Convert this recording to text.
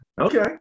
Okay